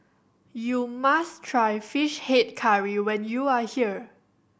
you must try Fish Head Curry when you are here